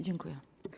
Dziękuję.